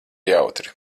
jautri